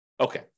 Okay